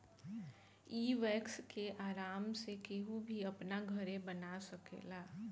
इ वैक्स के आराम से केहू भी अपना घरे बना सकेला